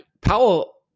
Powell